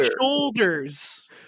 shoulders